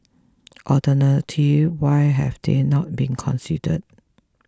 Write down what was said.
alternative why have they not been considered